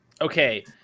Okay